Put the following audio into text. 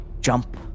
jump